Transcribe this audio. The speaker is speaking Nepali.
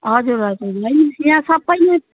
हजुर हजुर हेर्नुहोस् यहाँ सबै नै